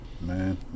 Man